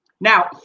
now